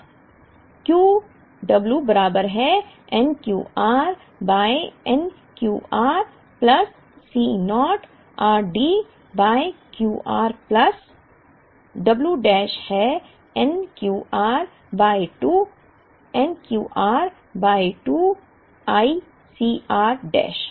अब संदर्भ स्लाइड समय 2651 Q w बराबर है n Q r by n Q r plus C naught r d by Q r plus I w dash है n Q r by 2 n Q r by 2 i C r dash